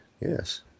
yes